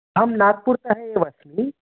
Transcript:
अहं नाग्पुरतः एव अस्मि